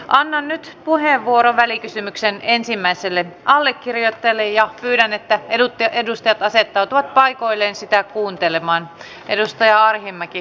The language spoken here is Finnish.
annan nyt puheenvuoron välikysymyksen ensimmäiselle allekirjoittajalle ja pyydän että edustajat asettautuvat paikoilleen sitä kuuntelemaan edustaja arhinmäki